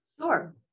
Sure